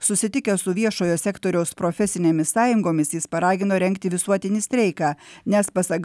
susitikęs su viešojo sektoriaus profesinėmis sąjungomis jis paragino rengti visuotinį streiką nes pasak